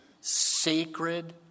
sacred